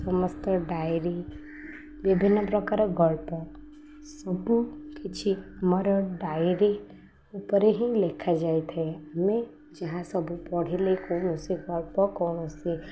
ସମସ୍ତ ଡାଇରୀ ବିଭିନ୍ନ ପ୍ରକାର ଗଳ୍ପ ସବୁ କିଛି ମୋର ଡାଇରୀ ଉପରେ ହିଁ ଲେଖାଯାଇ ଥାଏ ଆମେ ଯାହା ସବୁ ପଢ଼ିଲେ କୌଣସି ଗଳ୍ପ କୌଣସି